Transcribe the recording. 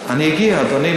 אני אגיע, אדוני.